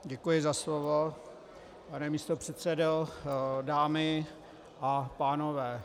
Děkuji za slovo, pane místopředsedo, dámy a pánové.